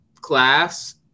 class